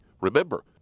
remember